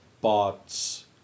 bots